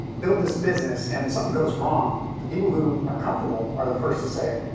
build this business and somethin' goes wrong, the people who are comfortable are the first to say, ah,